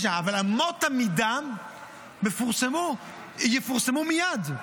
אבל אמות המידה יפורסמו מייד.